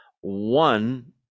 one